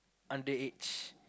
underage